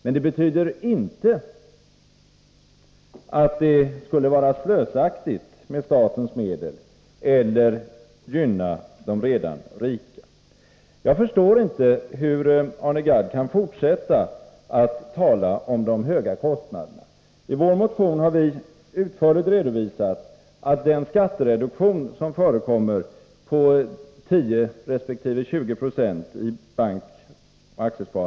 Men det betyder inte att systemet skulle innebära slöseri med statens medel eller att det skulle gynna de redan rika. Jag förstår inte hur Arne Gadd kan fortsätta att tala om de höga kostnaderna. I vår motion har vi utförligt redovisat att den skattereduktion på 10 resp. 20 96 som förekommer i skatteresp.